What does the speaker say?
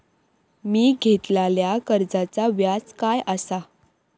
मी घेतलाल्या कर्जाचा व्याज काय आसा?